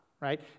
right